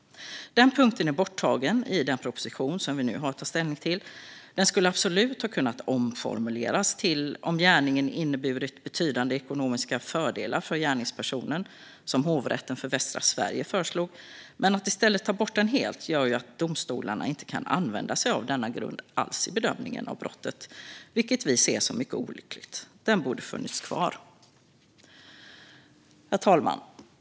Den punkten är borttagen i den proposition som vi nu har att ta ställning till. Den skulle absolut ha kunnat omformuleras till "om gärningen inneburit betydande ekonomiska fördelar för gärningspersonen" som Hovrätten för Västra Sverige föreslog men att i stället ta bort den helt gör ju att domstolarna inte kan använda sig av denna grund alls i bedömningen av brottet, vilket vi ser som mycket olyckligt. Den borde ha funnits kvar. Herr talman!